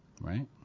right